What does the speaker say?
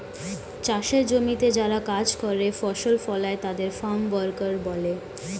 চাষের জমিতে যারা কাজ করে, ফসল ফলায় তাদের ফার্ম ওয়ার্কার বলে